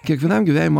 kiekvienam gyvenimo